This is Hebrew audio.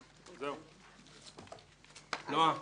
נועה,